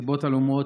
מסיבות עלומות,